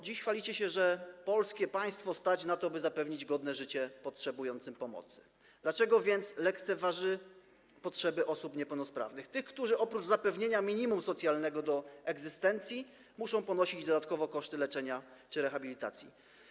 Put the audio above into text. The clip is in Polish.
Dziś chwalicie się, że polskie państwo stać na to, by zapewnić godne życie potrzebującym pomocy, dlaczego więc lekceważy się potrzeby osób niepełnosprawnych, tych, którzy oprócz zapewnienia minimum socjalnego egzystencji muszą ponosić dodatkowo koszty leczenia czy rehabilitacji?